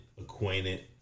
acquainted